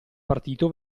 partito